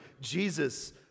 Jesus